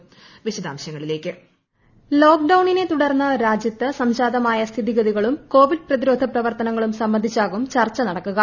voice ലോക്ക്ഡൌണിനെ തുടർന്ന് രാജ്യത്ത് സംജാതമായ സ്ഥിതിഗതി കളും കോവിഡ് പ്രതിരോധ പ്രവർത്തനങ്ങളും സംബന്ധിച്ചാകും ചർച്ച നടക്കുക